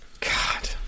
God